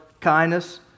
kindness